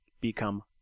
become